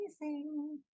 amazing